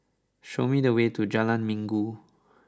show me the way to Jalan Minggu